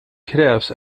krävs